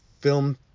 film